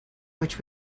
which